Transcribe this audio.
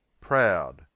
Proud